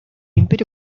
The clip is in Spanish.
imperio